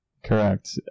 Correct